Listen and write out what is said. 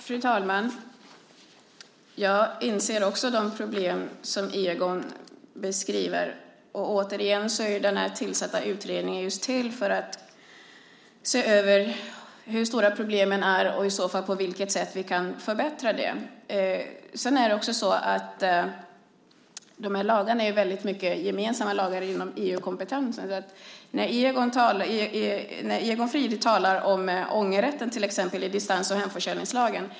Fru talman! Jag inser också de problem som Egon beskriver. Återigen är den tillsatta utredningen just till för att se över hur stora problemen är och på vilket sätt vi kan lösa dem. De här lagarna är inom EU väldigt mycket gemensamma. Egon Frid talar om ångerrätten i distans och hemförsäljningslagen.